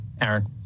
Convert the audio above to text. aaron